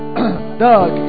Doug